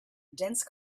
dense